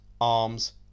arms